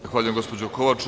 Zahvaljujem gospođo Kovač.